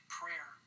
prayer